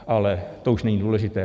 Ale to už není důležité.